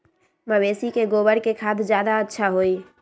मवेसी के गोबर के खाद ज्यादा अच्छा होई?